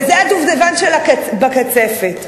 וזה הדובדבן בקצפת,